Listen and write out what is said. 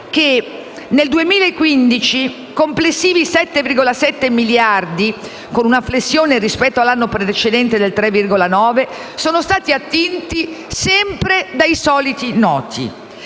nel 2015 i complessivi 7,7 miliardi, con una flessione rispetto all'anno precedente del 3,9 per cento, sono stati attinti sempre dai soliti noti,